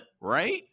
right